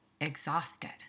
exhausted